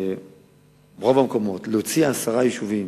רוב המקומות, להוציא עשרה יישובים